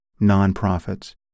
nonprofits